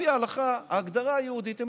לפי ההגדרה היהודית ההלכתית,